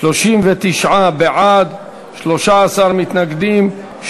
הרשות לפיתוח הנגב (תיקון,